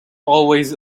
always